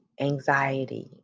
anxiety